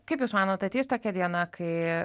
kaip jūs manot ateis tokia diena kai